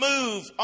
move